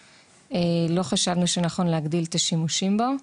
לא חשבנו שנכון להגדיל את השימושים בו.